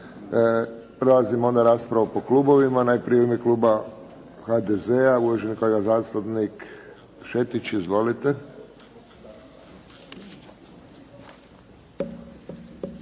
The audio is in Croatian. onda u raspravu po klubovima. Najprije u ime kluba HDZ-a, uvaženi kolega zastupnik Šetić. Izvolite.